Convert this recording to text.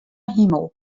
himel